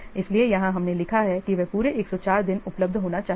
इसलिए यहां हमने लिखा है कि वह पूरे 104 दिन उपलब्ध होना चाहिए